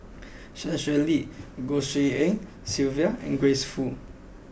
Sun Xueling Goh Tshin En Sylvia and Grace Fu